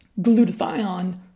Glutathione